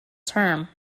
term